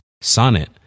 Sonnet